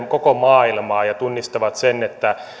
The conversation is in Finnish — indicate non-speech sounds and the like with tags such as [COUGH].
[UNINTELLIGIBLE] koko maailmaa ja tunnistavat sen että